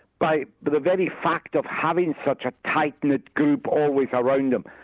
but the very fact of having such a tight knit group always around him,